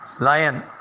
lion